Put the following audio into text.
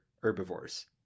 herbivores